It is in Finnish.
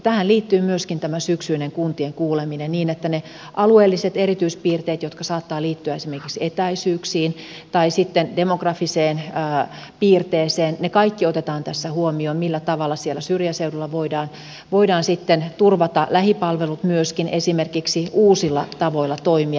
tähän liittyy myöskin tämä syksyinen kuntien kuuleminen niin että kaikki ne alueelliset erityispiirteet jotka saattavat liittyä esimerkiksi etäisyyksiin tai sitten demografisiin piirteisiin otetaan tässä huomioon millä tavalla siellä syrjäseudulla voidaan sitten turvata lähipalvelut myöskin esimerkiksi uusilla tavoilla toimia